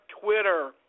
Twitter